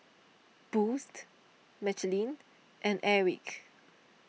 Boost Michelin and Airwick